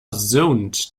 zoned